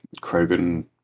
Krogan